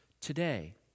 today